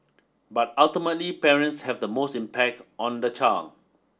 but ultimately parents have the most impact on the child